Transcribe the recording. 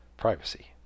Privacy